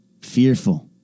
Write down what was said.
Fearful